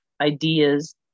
ideas